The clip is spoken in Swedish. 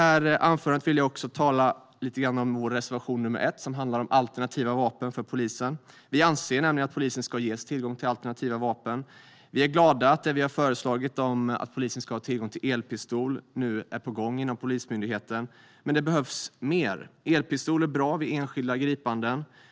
Jag vill också tala lite grann om vår reservation nr 1, som handlar om alternativa vapen för polisen. Vi anser nämligen att polisen ska ges tillgång till alternativa vapen. Vi är glada att det som vi har föreslagit, att polisen ska ha tillgång till elpistol, nu är på gång inom Polismyndigheten, men det behövs mer. Elpistol är bra vid enskilda gripanden.